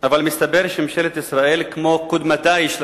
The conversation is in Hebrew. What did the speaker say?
אבל מסתבר שממשלת ישראל, כמו קודמתה, יש להגיד,